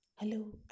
Hello